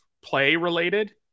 play-related